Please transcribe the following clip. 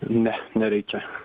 ne nereikia